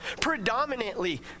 Predominantly